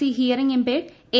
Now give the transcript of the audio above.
C hearing impaired A